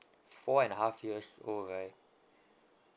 four and a half years old right